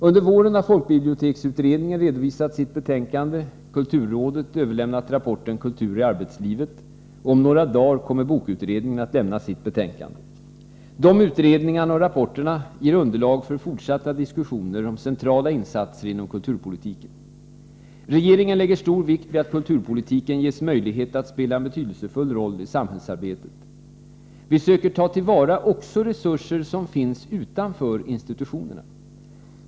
Under våren har folkbiblioteksutredningen redovisat sitt betänkande och kulturrådet överlämnat rapporten kultur i arbetslivet. Om några dagar kommer bokutredningen att avlämmna sitt betänkande. De utredningarna och rapporterna ger underlag för fortsatta diskussioner om centrala insatser inom kulturpolitiken. Regeringen lägger stor vikt vid att kulturpolitiken ges möjlighet att spela en betydelsefull roll i samhällsarbetet. Vi söker ta till vara också resurser som finns utanför institutionerna.